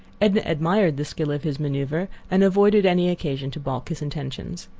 edna admired the skill of his maneuver, and avoided any occasion to balk his intentions.